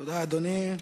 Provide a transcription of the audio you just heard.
תודה, אדוני.